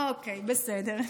אוקיי, בסדר.